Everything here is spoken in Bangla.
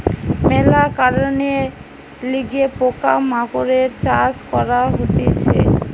মেলা কারণের লিগে পোকা মাকড়ের চাষ করা হতিছে